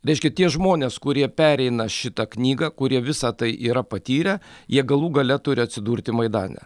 reiškia tie žmonės kurie pereina šitą knygą kurie visa tai yra patyrę jie galų gale turi atsidurti maidane